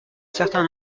certain